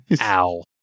ow